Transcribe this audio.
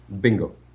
Bingo